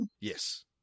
Yes